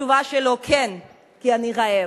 התשובה שלו: כן, כי אני רעב.